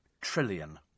trillion